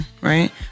right